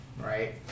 right